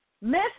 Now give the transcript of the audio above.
Miss